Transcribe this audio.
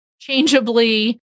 changeably